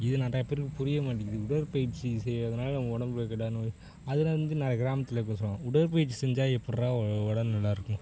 இது நிறையா பேருக்கு புரியமாட்டேங்கிது உடற்பயிற்சி செய்கிறதுனால நம்ம உடம்புல இருக்கற அதில் வந்து நிறையா கிராமத்தில் பேசுவாங்க உடற்பயிற்சி செஞ்சால் எப்புடிரா உடம்பு நல்லாயிருக்கும்